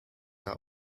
are